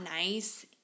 nice